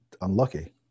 unlucky